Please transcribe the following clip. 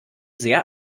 sehr